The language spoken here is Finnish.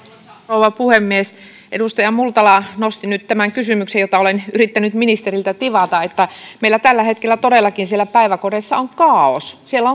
rouva puhemies edustaja multala nosti nyt tämän kysymyksen jota olen yrittänyt ministeriltä tivata että meillä tällä hetkellä todellakin siellä päiväkodeissa on kaaos siellä